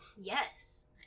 Yes